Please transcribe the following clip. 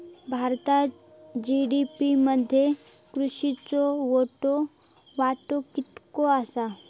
भारतात जी.डी.पी मध्ये कृषीचो वाटो कितको आसा?